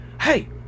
hey